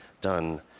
done